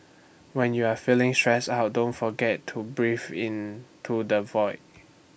when you are feeling stress out don't forget to breathe into the void